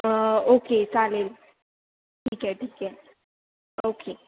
okay चालेल ठीक आहे ठीक आहे ओके